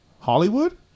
Hollywood